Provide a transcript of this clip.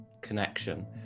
connection